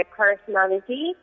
personality